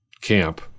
camp